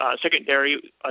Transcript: secondary